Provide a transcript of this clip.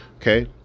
Okay